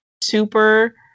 super